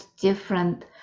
different